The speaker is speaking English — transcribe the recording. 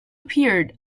appeared